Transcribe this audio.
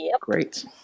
Great